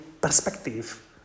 perspective